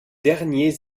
derniers